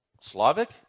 Slavic